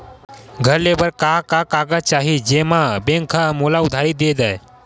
घर ले बर का का कागज चाही जेम मा बैंक हा मोला उधारी दे दय?